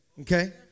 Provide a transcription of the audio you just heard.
okay